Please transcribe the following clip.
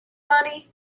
money